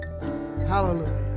Hallelujah